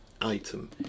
Item